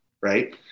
Right